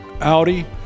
Audi